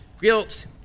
guilt